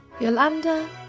Yolanda